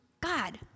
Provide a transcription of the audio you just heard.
God